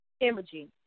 imaging